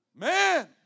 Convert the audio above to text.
man